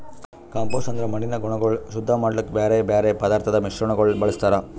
compost ಅಂದುರ್ ಮಣ್ಣಿನ ಗುಣಗೊಳ್ ಶುದ್ಧ ಮಾಡ್ಲುಕ್ ಬ್ಯಾರೆ ಬ್ಯಾರೆ ಪದಾರ್ಥದ್ ಮಿಶ್ರಣಗೊಳ್ ಬಳ್ಸತಾರ್